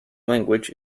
language